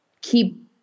keep –